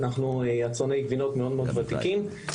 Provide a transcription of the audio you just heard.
אנחנו יצרני גבינות ותיקים מאוד-מאוד.